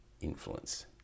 influence